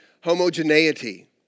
homogeneity